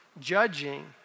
judging